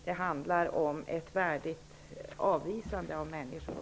Det handlar också om ett värdigt avvisande av människor.